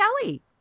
Kelly